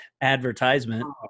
advertisement